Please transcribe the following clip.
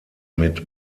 mit